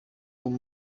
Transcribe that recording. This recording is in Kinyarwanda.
uwo